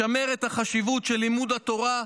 לשמר את החשיבות של לימוד התורה,